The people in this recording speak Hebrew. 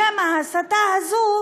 בשם ההסתה הזאת